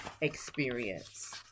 experience